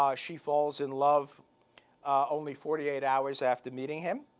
um she falls in love only forty eight hours after meeting him.